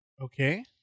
okay